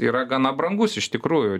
yra gana brangus iš tikrųjų